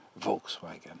Volkswagen